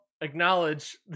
acknowledge